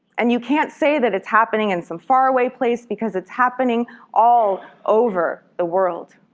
and you can't say that it's happening in some far away place because it's happening all over the world.